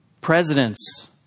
Presidents